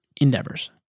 endeavors